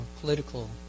political